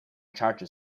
charter